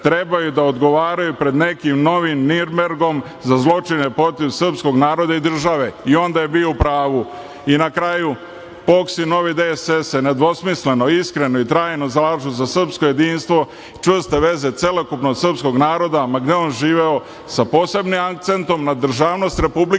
trebaju da odgovaraju pred nekim novim Nirnbergom za zločine protiv srpskog naroda i države i onda je bio u pravu. Na kraju POKS i Novi DSS se nedvosmisleno, iskreno i trajno zalažu za srpsko jedinstvo čvrste veze celokupnog srpskog naroda ma gde on živeo sa posebnim akcentom na državnost Republike